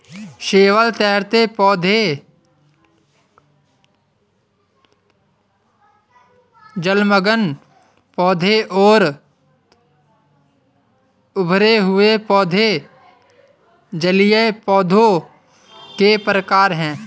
शैवाल, तैरते पौधे, जलमग्न पौधे और उभरे हुए पौधे जलीय पौधों के प्रकार है